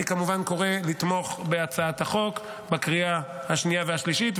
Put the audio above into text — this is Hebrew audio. אני כמובן קורא לתמוך בהצעת החוק בקריאה השנייה והשלישית,